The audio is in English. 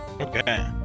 Okay